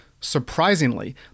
surprisingly